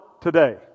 today